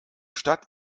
stadt